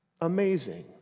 amazing